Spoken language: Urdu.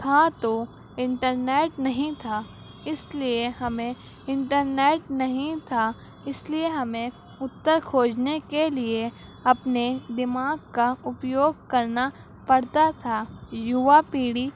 تھا تو انٹرنیٹ نہیں تھا اس لیے ہمیں انٹرنیٹ نہیں تھا اس لیے ہمیں اتر کھوجنے کے لیے اپنے دماغ کا اپیوگ کرنا پڑتا تھا یووا پیڑھی